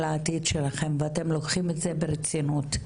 העתיד שלכם ואתם לוקחים את זה ברצינות,